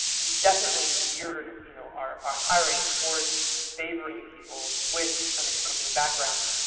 we definitely geared you know our our hiring towards favoring people with an accounting background,